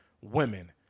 women